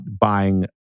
buying